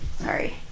Sorry